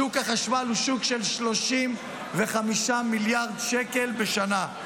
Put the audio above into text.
שוק החשמל הוא שוק של 35 מיליארד שקל בשנה,